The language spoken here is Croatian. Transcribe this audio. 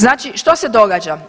Znači, što se događa?